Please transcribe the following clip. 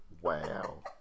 Wow